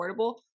affordable